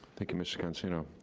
thank you mr. cancino,